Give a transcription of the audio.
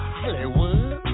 Hollywood